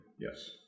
Yes